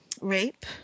rape